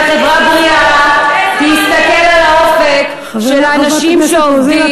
שחברה בריאה תסתכל על האופק של אנשים שעובדים,